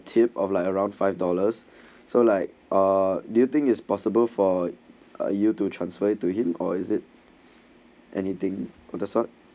tip of like around five dollars so like uh do you think it's possible for a year to transfer it to him or is it anything of the sort